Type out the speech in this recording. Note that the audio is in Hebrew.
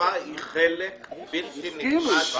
השפה היא חלק בלתי נפרד.